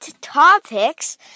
topics